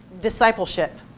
discipleship